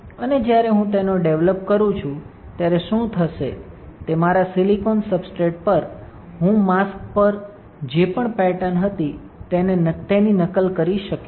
અને જ્યારે હું તેનો ડેવલપ કરું છું ત્યારે શું થશે તે મારા સિલિકોન સબસ્ટ્રેટ પર હું માસ્ક પર જે પણ પેટર્ન હતી તેની નકલ કરી શકશે